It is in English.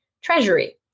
treasury